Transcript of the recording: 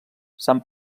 sant